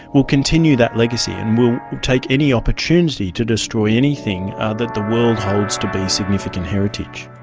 will continue that legacy and will take any opportunity to destroy anything ah that the world holds to be significant heritage.